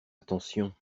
attention